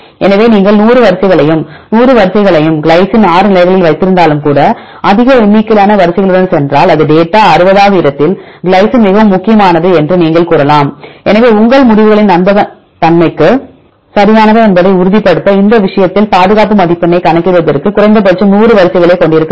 எனவே நீங்கள் 100 வரிசைகளையும் 100 வரிசை களையும் கிளைசின் 6 நிலைகளில் வைத்திருந்தாலும் கூட அதிக எண்ணிக்கையிலான வரிசைகளுடன் சென்றால் டேட்டா 60 வது இடத்தில் கிளைசின் மிகவும் முக்கியமானது என்று நீங்கள் கூறலாம் எனவே உங்கள் முடிவுகளின் நம்பகத்தன்மைக்கு சரியானதா என்பதை உறுதிப்படுத்த இந்த விஷயத்தில் பாதுகாப்பு மதிப்பெண்ணைக் கணக்கிடுவதற்கு குறைந்தபட்சம் 100 வரிசை களைக் கொண்டிருக்க வேண்டும்